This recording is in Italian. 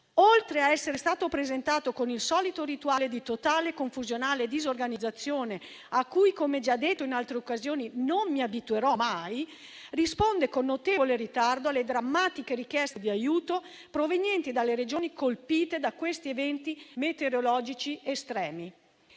oltre a essere stato presentato con il solito rituale di totale e confusionale disorganizzazione, a cui, come già detto in altre occasioni, non mi abituerò mai, risponde con notevole ritardo alle drammatiche richieste di aiuto provenienti dalle Regioni colpite da questi eventi meteorologici estremi.